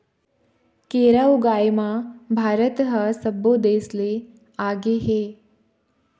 केरा ऊगाए म भारत ह सब्बो देस ले आगे हे